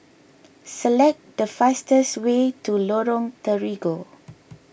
Select the fastest way to Lorong Terigu